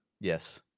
Yes